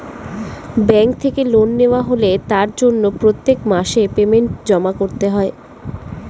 bank থেকে loan নেওয়া হলে তার জন্য প্রত্যেক মাসে পেমেন্ট জমা করতে হয়